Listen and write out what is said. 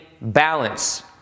balance